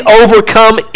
overcome